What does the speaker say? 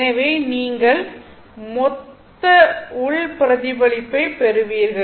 எனவே நீங்கள் மொத்த உள் பிரதிபலிப்பைப் பெறுவீர்கள்